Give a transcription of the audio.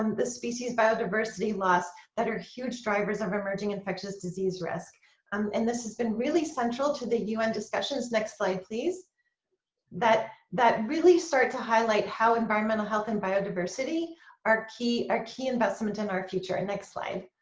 um the species biodiversity loss that are huge drivers of emerging infectious disease risk um and this has been really central to the u n. discussions next slide please that that really start to highlight how environmental health and biodiversity are key our key investment in our future. and next slide,